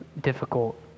difficult